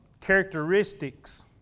Characteristics